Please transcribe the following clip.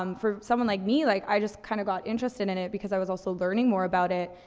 um for someone like me, like, i just kinda got interested in it because i was also learning more about it.